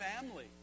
family